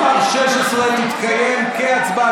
חבר הכנסת קריב, תירגע.